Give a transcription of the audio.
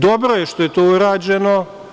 Dobro je što je to urađeno.